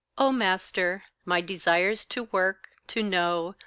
o master, my desires to work, to know,